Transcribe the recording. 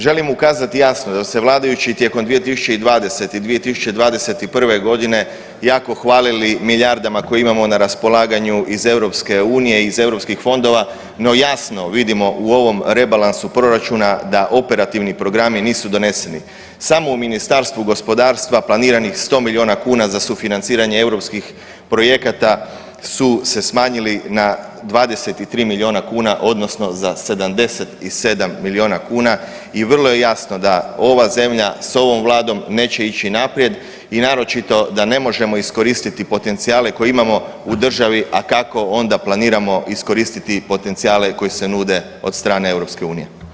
Želim ukazati jasno da se vladajući tijekom 2020. i 2021.g. jako hvalili milijardama koje imamo na raspolaganju iz EU i iz europskih fondova, no jasno vidimo u ovom rebalansu proračuna da operativni programi nisu doneseni, samo u Ministarstvu gospodarstva planiranih 100 milijuna kuna za sufinanciranje europskih projekata su se smanjili na 23 milijuna kuna odnosno za 77 milijuna kuna i vrlo je jasno da ova zemlja s ovom vladom neće ići naprijed i naročito da ne možemo iskoristiti potencijale koje imamo u državi, a kako onda planiramo iskoristiti potencijale koji se nude od strane EU.